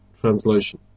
translation